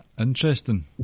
Interesting